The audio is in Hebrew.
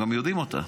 הם יודעים אותה.